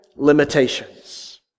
limitations